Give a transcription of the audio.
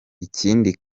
ikindi